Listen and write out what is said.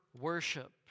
worship